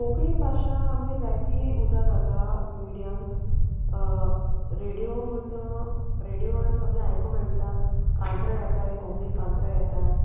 कोंकणी भाशा आमगे जायती उजा जाता मिडियांत रेडियो म्हणटा रेडिओआन सगळें आयकों मेळटा कांतरां येताय कोंकणी कांत्रां येताय